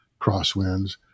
crosswinds